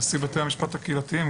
נשיא בתי המשפט הקהילתיים,